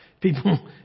people